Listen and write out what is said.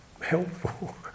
helpful